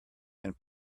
and